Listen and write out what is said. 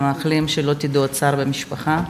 ומאחלים שלא תדעו עוד צער במשפחה.